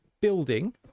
building